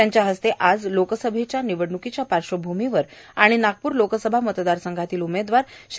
त्यांच्या हस्ते आज लोकसभेच्या निवडणुकीच्या पार्श्वभूमीवर आणि नागपूर लोकसभा मतदार संघातील उमेदवार श्री